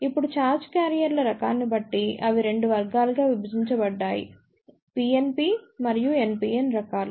ఇప్పుడు ఛార్జ్ క్యారియర్ల రకాన్ని బట్టి అవి 2 వర్గాలుగా విభజించబడ్డాయి PNP మరియు NPN రకాలు